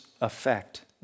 effect